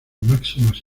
máximas